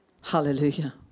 Hallelujah